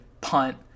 punt